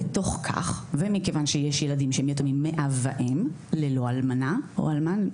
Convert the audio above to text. בתוך כך ומכיוון שיש ילדים שהם יתומים מאב ואם ללא אלמנה או אלמן,